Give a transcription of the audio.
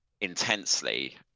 intensely